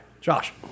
Josh